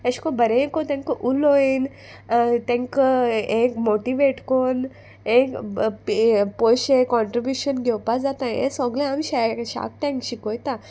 एशें कोन्न बरें कोन तेंकां उलोयन तेंकां एक मोटिवेट कोन्न एक पयशें कॉन्ट्रिब्युशन घेवपा जाता हें सोगलें आमी शे शार्क टँक शिकयता